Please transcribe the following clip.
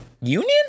Union